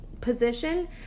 position